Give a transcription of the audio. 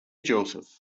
joseph